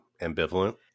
ambivalent